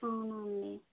అవునా అండి